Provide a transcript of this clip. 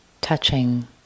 touching